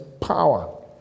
power